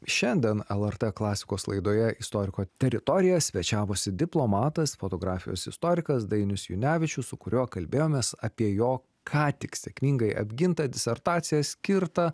šiandien lrt klasikos laidoje istoriko teritorija svečiavosi diplomatas fotografijos istorikas dainius junevičius su kuriuo kalbėjomės apie jo ką tik sėkmingai apgintą disertaciją skirtą